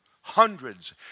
Hundreds